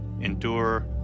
endure